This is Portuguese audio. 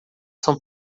são